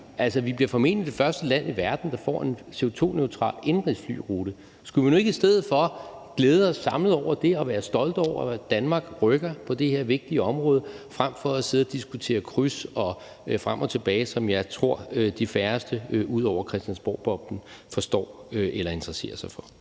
Altså, vi bliver formentlig det første land i verden, der får en CO2-neutral indenrigsflyrute. Skulle vi nu ikke i stedet for glæde os samlet over det og være stolte over, at Danmark rykker på det her vigtige område, frem for at sidde at diskutere kryds og frem og tilbage, som jeg tror de færreste ud over Christiansborgboblen forstår eller interesserer sig for?